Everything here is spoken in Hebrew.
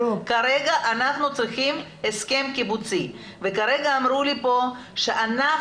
כרגע אנחנו צריכים הסכם קיבוצי וכרגע אמרו לי פה שענף